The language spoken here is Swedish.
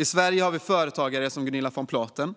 I Sverige har vi företagare som Gunilla von Platen,